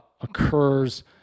occurs